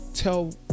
tell